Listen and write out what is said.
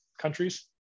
countries